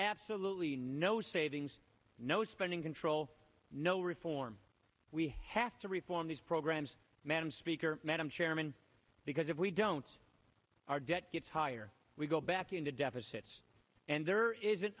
absolutely no savings no spending control no reform we have to reform these programs madam speaker madam chairman because if we don't our debt gets higher we go back into deficits and there isn't